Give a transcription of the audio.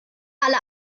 alle